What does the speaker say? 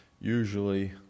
usually